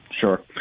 Sure